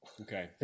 okay